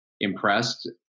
impressed